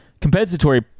compensatory